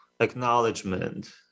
acknowledgement